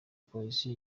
polisi